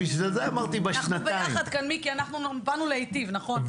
אנחנו ביחד כאן מיקי באנו להיטיב נכון?